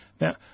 Now